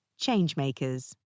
Changemakers